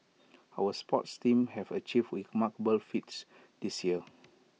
our sports teams have achieved remarkable feats this year